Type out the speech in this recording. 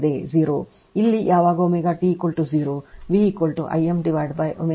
ಇಲ್ಲಿ ಯಾವಾಗ ω t 0 V I m ω c sin of 90 degree